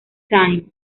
tyne